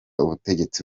ubutegetsi